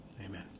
Amen